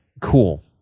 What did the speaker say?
cool